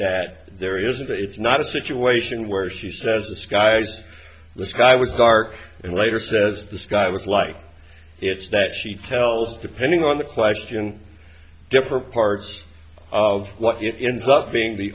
that there is a it's not a situation where she says the sky's the sky was dark and later says this guy was like it's that she tells depending on the question different parts of what if you end up being the